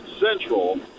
Central